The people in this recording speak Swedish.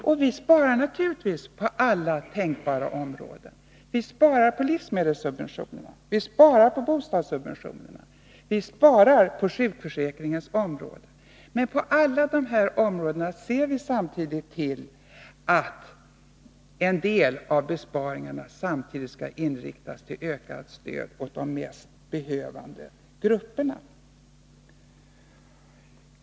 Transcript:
Och vi sparar naturligtvis på alla tänkbara områden. Vi sparar på livsmedelssubventionerna, vi sparar på bostadssubventionerna, vi sparar på sjukförsäkringens område. Men på alla dessa områden ser vi samtidigt till att en del av besparingarna samtidigt skall inriktas på ökat stöd åt de mest behövande grupperna.